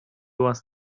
was